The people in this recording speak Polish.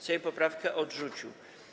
Sejm poprawkę odrzucił.